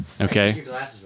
Okay